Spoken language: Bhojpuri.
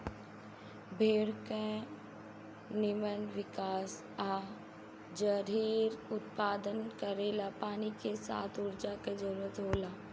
भेड़ के निमन विकास आ जढेर उत्पादन करेला पानी के साथ ऊर्जा के जरूरत होला